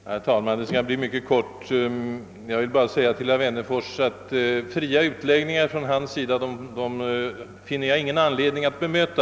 Herr talman! Min replik skall bli mycket kort. Jag vill bara säga till herr Wennerfors, att fria utläggningar från hans sida finner jag ingen anledning att bemöta.